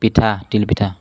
পিঠা তিল পিঠা